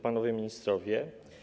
Panowie Ministrowie!